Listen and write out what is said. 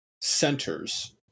centers